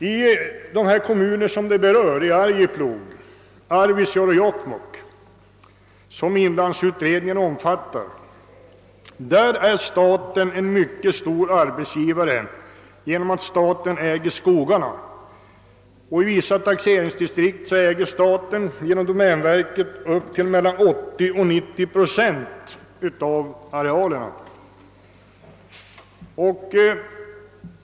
I de kommuner som berörs — Arjeplog, Arvidsjaur och Jokkmokk — och som inlandsutredningen behandlat är staten en mycket stor arbetsgivare genom att staten äger skogarna, i vissa taxeringsdistrikt mellan 80 och 90 procent av arealerna.